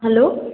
hello